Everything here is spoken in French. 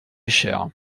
cher